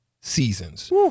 seasons